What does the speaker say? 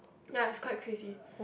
ya is quite crazy